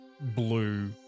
blue